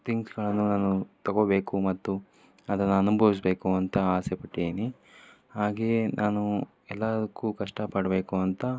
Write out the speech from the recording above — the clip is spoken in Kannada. ತಿಂಕ್ಸ್ಗಳನ್ನು ನಾನು ತಗೊಬೇಕು ಮತ್ತು ಅದನ್ನು ಅನುಭವಿಸ್ಬೇಕು ಅಂತ ಆಸೆಪಟ್ಟಿದ್ದೀನಿ ಹಾಗೆಯೇ ನಾನು ಎಲ್ಲದಕ್ಕೂ ಕಷ್ಟಪಡಬೇಕು ಅಂತ